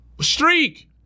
streak